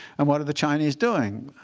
and what are the chinese doing?